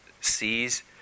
sees